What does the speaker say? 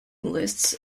lists